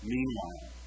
Meanwhile